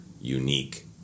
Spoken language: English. unique